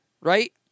Right